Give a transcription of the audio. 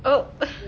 oh